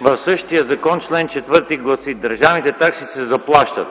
В същия закон чл. 4 гласи: „Държавните такси се заплащат: